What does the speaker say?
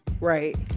Right